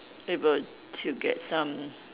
able to get some